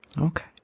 Okay